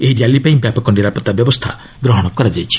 ଏହି ର୍ୟାଲି ପାଇଁ ବ୍ୟାପକ ନିରାପତ୍ତା ବ୍ୟବସ୍ଥା ଗ୍ରହଣ କରାଯାଇଛି